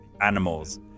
animals